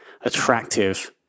attractive